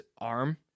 arm